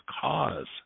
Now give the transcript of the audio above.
cause